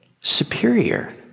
superior